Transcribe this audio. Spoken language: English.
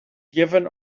given